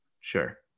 Sure